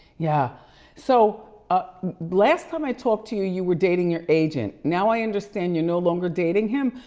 yeah so ah last time i talked to you, you were dating your agent. now, i understand you're no longer dating him.